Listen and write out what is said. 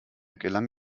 gelang